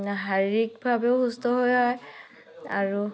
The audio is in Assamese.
শাৰীৰিকভাৱেও সুস্থ হয় আৰু